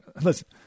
Listen